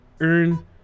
earn